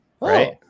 right